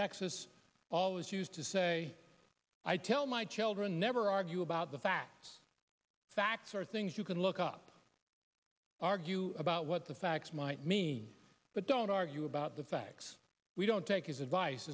texas always used to say i tell my children never argue about the facts facts are things you can look up argue about what the facts might mean but don't argue about the facts we don't take his advice